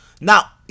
Now